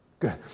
Good